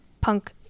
punk